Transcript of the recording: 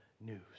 news